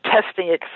testing